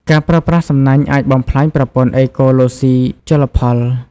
ការប្រើប្រាស់សំណាញ់អាចបំផ្លាញប្រព័ន្ធអេកូឡូស៊ីជលផល។